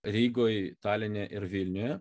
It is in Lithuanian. rygoje taline ir vilniuje